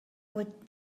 what